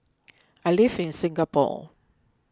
I live in Singapore